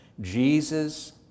Jesus